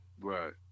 Right